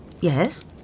Yes